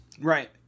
Right